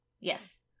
Yes